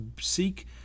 seek